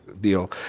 deal